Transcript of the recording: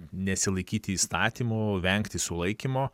nesilaikyti įstatymų vengti sulaikymo